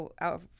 out